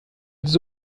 jetzt